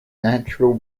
natural